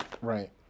Right